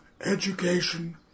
education